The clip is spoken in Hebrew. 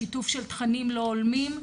שיתוף של תכנים לא הולמים,